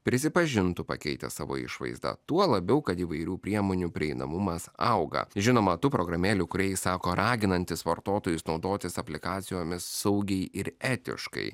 prisipažintų pakeitę savo išvaizdą tuo labiau kad įvairių priemonių prieinamumas auga žinoma tų programėlių kūrėjai sako raginantis vartotojus naudotis aplikacijomis saugiai ir etiškai